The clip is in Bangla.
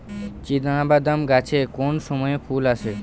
চিনাবাদাম গাছে কোন সময়ে ফুল আসে?